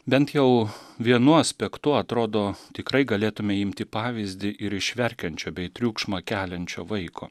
bent jau vienu aspektu atrodo tikrai galėtume imti pavyzdį ir iš verkiančio bei triukšmą keliančio vaiko